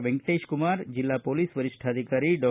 ವೆಂಕಟೇಶಕುಮಾರ್ ಜಿಲ್ಲಾ ಪೊಲೀಸ್ ವರಿಷ್ಟಾಧಿಕಾರಿ ಡಾ